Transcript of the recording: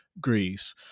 Greece